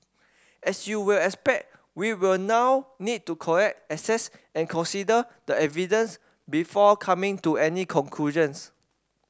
as you will expect we will now need to collect assess and consider the evidence before coming to any conclusions